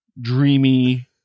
dreamy